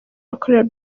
bakorera